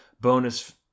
bonus